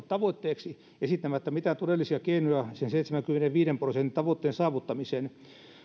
tavoitteeksi esittämättä mitään todellisia keinoja sen seitsemänkymmenenviiden prosentin tavoitteen saavuttamiseen